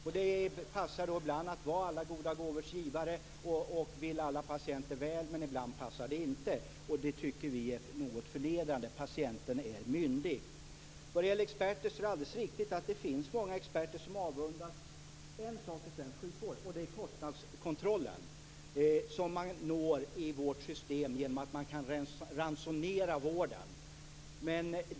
Ibland passar det att vara alla goda gåvors givare och att vilja alla patienter väl men ibland passar det inte. Det tycker vi är något förnedrande. Patienten är ju myndig. Det är alldeles riktigt att det finns många experter som avundas en sak i svensk sjukvård, nämligen den kostnadskontroll som man når i vårt system genom att ransonera vården.